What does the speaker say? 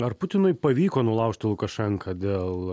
ar putinui pavyko nulaužti lukašenką dėl